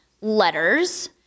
letters